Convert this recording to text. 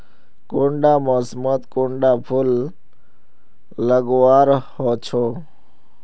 कुंडा मोसमोत कुंडा फुल लगवार होछै?